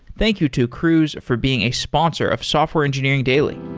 thank you to cruise for being a sponsor of software engineering daily